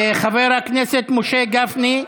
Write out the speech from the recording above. חבר הכנסת משה גפני.